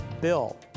Bill